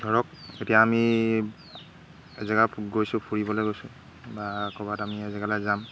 ধৰক এতিয়া আমি এজেগা গৈছোঁ ফুৰিবলৈ গৈছোঁ বা ক'ৰবাত আমি এজেগালৈ যাম